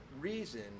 reason